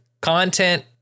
Content